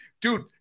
Dude